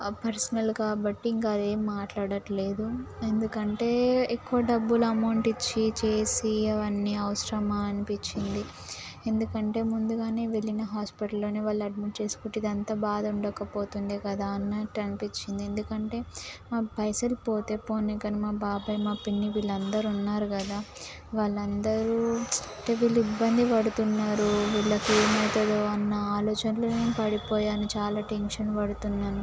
personal కాబట్టి ఇంక అదేం మాట్లాడట్లేదు ఎందుకంటే ఎక్కువ డబ్బులు అమౌంట్ ఇచ్చి చేసి ఇవన్నీ అవసరమా అనిపించింది ఎందుకంటే ముందుగానే వెళ్ళిన హాస్పిటల్లోనే వాళ్ళ అడ్మిట్ చేసుకుంటే ఇదంతా బాధ ఉండకపోతుండే కదా అన్నట్టు అనిపించింది ఎందుకంటే మా పైసలు పోతే పోని కాని మా బాబాయ్ మా పిన్ని వీళ్ళందరూ ఉన్నారు కదా వాళ్ళందరూ అంటే వీళ్ళు ఇబ్బంది పడుతున్నారు వీళ్ళకి ఏమైతుందో అన్న ఆలోచనలు నేను పడిపోయాను చాలా టెన్షన్ పడుతున్నాను